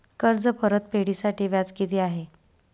कर्ज परतफेडीसाठी व्याज किती आहे?